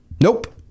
Nope